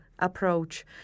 Approach